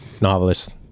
novelist